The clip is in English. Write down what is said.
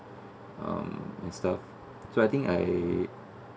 um and stuff so I think I